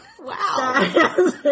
Wow